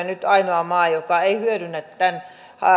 nyt ainoa maa joka ei hyödynnä tämän